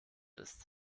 ist